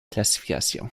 classification